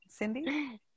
Cindy